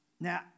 Now